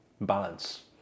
balance